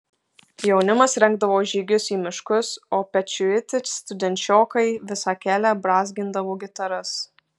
jaunimas rengdavo žygius į miškus o pečiuiti studenčiokai visą kelią brązgindavo gitaras